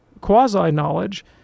quasi-knowledge